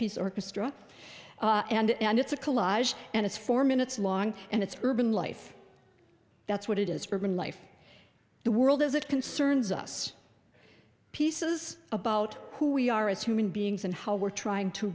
piece orchestra and it's a collage and it's four minutes long and it's urban life that's what it is for in life the world as it concerns us pieces about who we are as human beings and how we're trying to